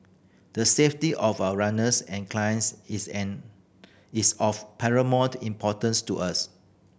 the safety of our runners and clients is an is of paramount importance to us